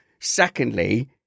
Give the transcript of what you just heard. Secondly